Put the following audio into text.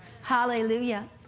Hallelujah